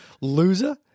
loser